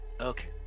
Okay